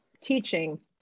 teaching